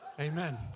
Amen